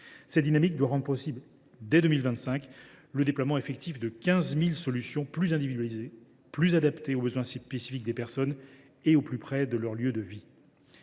Cette dynamique doit rendre possible, dès 2025, le déploiement effectif de 15 000 solutions plus individualisées, plus adaptées aux besoins spécifiques des personnes, au plus près de leurs lieux de vie.